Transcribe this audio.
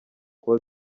kuba